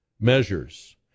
measures